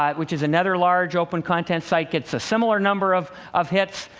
um which is another large open-content site, gets a similar number of of hits.